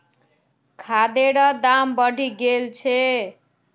खादेर दाम बढ़े गेल छे